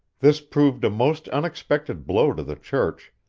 this proved a most unexpected blow to the church,